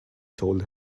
told